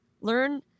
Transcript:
Learn